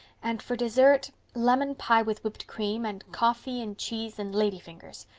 and for dessert, lemon pie with whipped cream, and coffee and cheese and lady fingers.